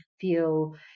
feel